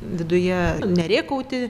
viduje nerėkauti